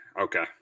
okay